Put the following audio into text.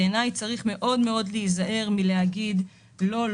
בעיניי צריך מאוד מאוד להיזהר מלהגיד: לא,